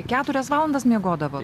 keturias valandas miegodavot